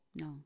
No